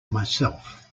myself